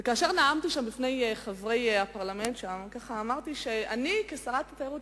וכאשר נאמתי שם בפני חברי הפרמלנט אמרתי שאני כשרת התיירות,